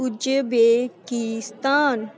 Uzbekistan